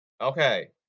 Okay